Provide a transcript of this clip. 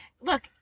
Look